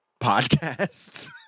podcasts